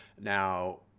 Now